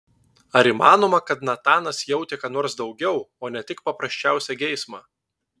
ar įmanoma kad natanas jautė ką nors daugiau o ne tik paprasčiausią geismą